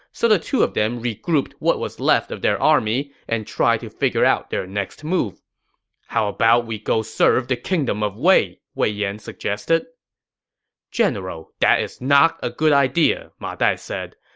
so the two of them regrouped what was left of their army and tried to figure out their next move how about we go serve the kingdom of wei? wei yan suggested general, that is not a good idea, ma dai said.